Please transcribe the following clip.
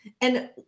And-